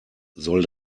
soll